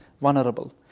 vulnerable